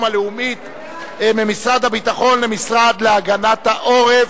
הלאומית ממשרד הביטחון למשרד להגנת העורף.